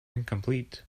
incomplete